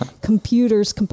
computers